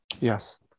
Yes